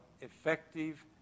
effective